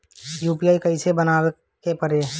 UPI कइसे बनावे के परेला?